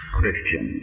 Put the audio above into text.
Christian